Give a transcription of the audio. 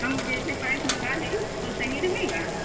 हम जैसे पाइप मँगा लें तो सही रहेगा